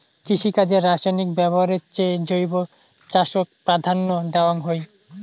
কৃষিকাজে রাসায়নিক ব্যবহারের চেয়ে জৈব চাষক প্রাধান্য দেওয়াং হই